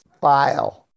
file